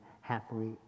happily